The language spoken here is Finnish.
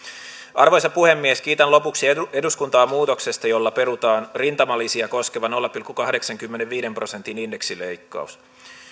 arvoisa puhemies kiitän lopuksi eduskuntaa muutoksesta jolla perutaan rintamalisiä koskeva nolla pilkku kahdeksankymmenenviiden prosentin indeksileikkaus